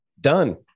done